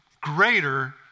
greater